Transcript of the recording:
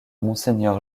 monseigneur